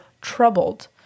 troubled